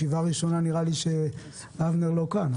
זו ישיבה ראשונה שאבנר לא כאן.